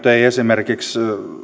ei esimerkiksi